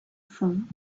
phone